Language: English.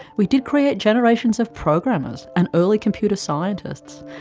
we did create generations of programmers, and early computer scientists.